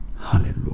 Hallelujah